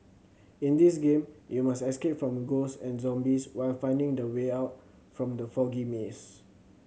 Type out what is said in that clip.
in this game you must escape from ghosts and zombies while finding the way out from the foggy maze